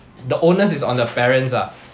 the onus is on the parents lah